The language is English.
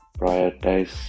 Prioritize